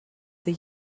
the